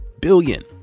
billion